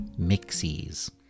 Mixies